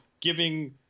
giving